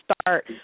start